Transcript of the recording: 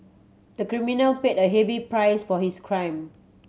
the criminal paid a heavy price for his crime